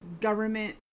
government